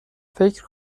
فکر